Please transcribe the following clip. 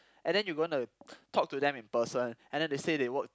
and then you going to talk to them in person and then they say they work